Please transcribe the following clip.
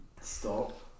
stop